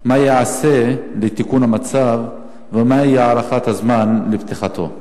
2. מה ייעשה לתיקון המצב ומה היא הערכת הזמן לפתיחתו?